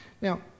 Now